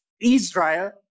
Israel